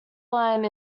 line